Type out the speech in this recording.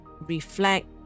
reflect